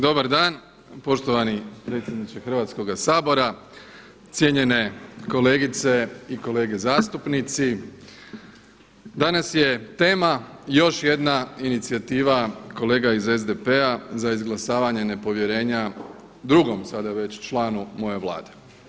Dobar dan poštovani predsjedniče Hrvatskoga sabora, cijenjene kolegice i kolege zastupnici, danas je tema još jedna inicijativa kolega iz SDP-a za izglasavanje nepovjerenja drugom sada već članu moje Vlade.